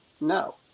No